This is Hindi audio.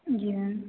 जी मैम